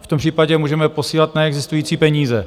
V tom případě můžeme posílat neexistující peníze.